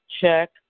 check